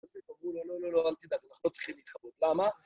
לא, לא, לא, אל תדאג, אנחנו לא צריכים להתחבא. למה?